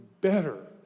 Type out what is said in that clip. better